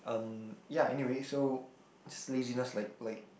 um ya anyway so just laziness like like